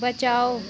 बचाओ